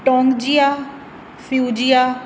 ਟੋਂਗਜੀਆ ਫਿਊਜੀਆ